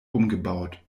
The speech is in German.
umgebaut